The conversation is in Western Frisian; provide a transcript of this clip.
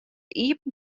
iepen